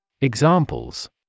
Examples